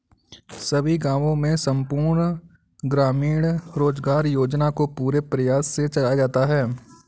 सभी गांवों में संपूर्ण ग्रामीण रोजगार योजना को पूरे प्रयास से चलाया जाता है